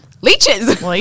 Leeches